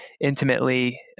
intimately